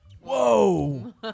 Whoa